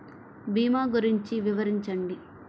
భీమా గురించి వివరించండి?